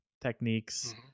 techniques